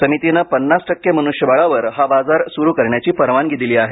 समितीने पन्नास टक्के मनुष्यबळावर हा बाजार सुरू करण्याची परवानगी दिली आहे